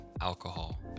alcohol